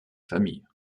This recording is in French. famille